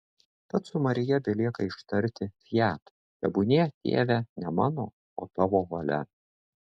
tad su marija belieka ištarti fiat tebūnie tėve ne mano o tavo valia